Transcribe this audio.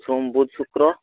সোম বুধ শুক্র